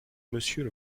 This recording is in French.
monsieur